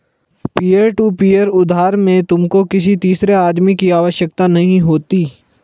peer to peer उधार में तुमको किसी तीसरे आदमी की आवश्यकता नहीं होती